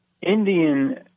Indian